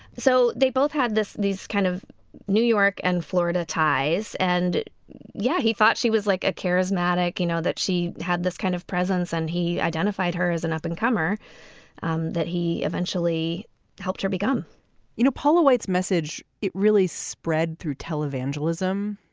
so they both had these kind of new york and florida ties and yeah he thought she was like a charismatic. you know that she had this kind of presence and he identified her as an up and comer um that he eventually helped her become you know paula white's message really spread through tell evangelism.